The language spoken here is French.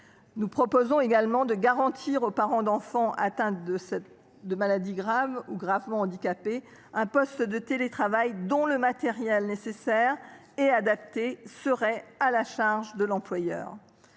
Nous proposons également de garantir aux parents d’enfants atteints de maladie grave ou gravement handicapés un poste de télétravail dont le matériel nécessaire et adapté serait à la charge de l’employeur.